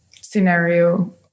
scenario